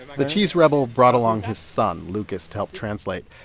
the cheese rebel brought along his son, lucas, to help translate.